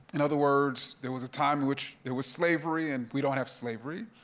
in other words, there was a time in which there was slavery and we don't have slavery,